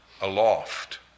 aloft